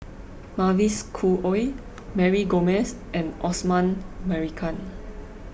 Mavis Khoo Oei Mary Gomes and Osman Merican